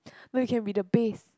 no you can be the base